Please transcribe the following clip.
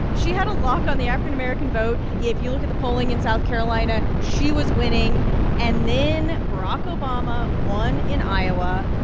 she had a lock on the african american vote. if you look at the polling in south carolina, she was winning and then barack obama won in iowa,